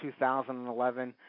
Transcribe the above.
2011